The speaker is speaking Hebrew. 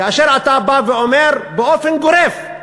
כאשר אתה בא ואומר באופן גורף,